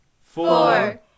four